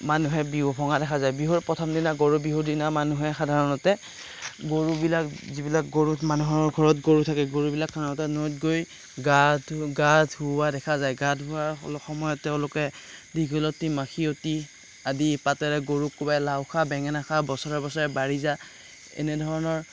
মানুহে বিহু ভঙা দেখা যায় বিহুত প্ৰথম দিনা গৰুৰ বিহুৰ দিনা মানুহে সাধাৰণতে গৰুবিলাক যিবিলাক গৰু মানুহৰ ঘৰত গৰু থাকে গৰুবিলাক সাধাৰণতে নৈত গৈ গা ধো গা ধুওৱা দেখা যায় গা ধুওৱা অলপ সময়ত তেওঁলোকে দীঘলতী মাখিয়তী আদি পাতেৰে গৰুক কোবাই লাও খা বেঙেনা খা বছৰে বছৰে বাঢ়ি যা এনেধৰণৰ